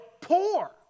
poor